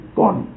gone